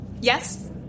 Yes